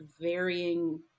varying